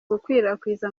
gukwirakwiza